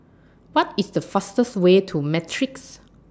What IS The fastest Way to Matrix